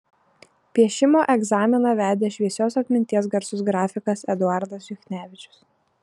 piešimo egzaminą vedė šviesios atminties garsus grafikas eduardas juchnevičius